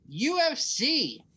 UFC